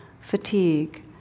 fatigue